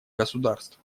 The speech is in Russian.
государств